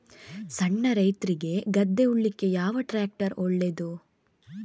ಸಣ್ಣ ರೈತ್ರಿಗೆ ಗದ್ದೆ ಉಳ್ಳಿಕೆ ಯಾವ ಟ್ರ್ಯಾಕ್ಟರ್ ಒಳ್ಳೆದು?